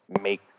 make